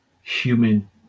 human